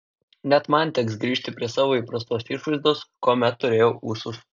net man teks grįžti prie savo įprastos išvaizdos kuomet turėjau ūsus